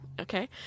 Okay